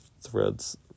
Threads